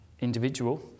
individual